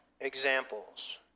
Examples